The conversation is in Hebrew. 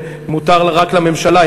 מותר רק לממשלה,